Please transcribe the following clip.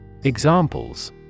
Examples